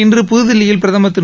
இன்று புதுதில்லியில் பிரதமர் திரு